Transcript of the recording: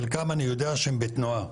חלקם אני יודע שהם בתנועה,